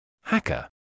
Hacker